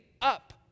up